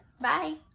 Bye